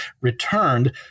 returned